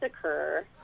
occur